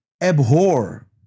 abhor